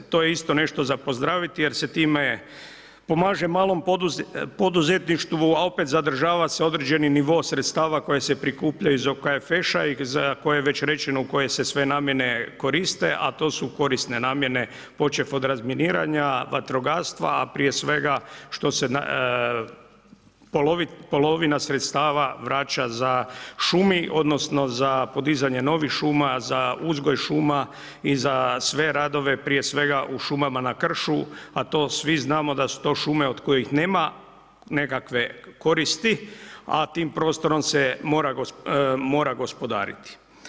To je isto nešto za pozdraviti jer se time pomaže malom poduzetništvo, a opet zadržava se određeni nivo sredstava koji se prikuplja iz OKFŠ-a i za koje je već rečeno u koje se sve namjene koriste, a to su korisne namjene počev od razminiranja, vatrogastva, prije svega što se polovina sredstava vraća šumi, odnosno za podizanje novih šuma, za uzgoj šuma i za sve radove, prije svega u šumama na kršu, a to svi znamo da su to šume od kojih nema nekakve koristi, a tim prostorom se mora gospodariti.